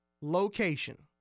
location